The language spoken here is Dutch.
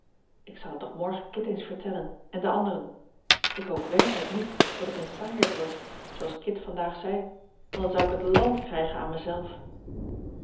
ik zal het toch morgen kit eens vertellen en de anderen ik hoop werkelijk niet dat ik een saaiert word zooals kit vandaag zei want dan zou ik het land krijgen aan mezelf